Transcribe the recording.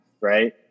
right